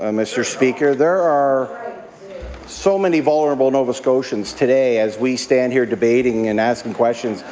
ah mr. speaker. there are so many vulnerable nova scotians today, as we stand here debating and asking questions,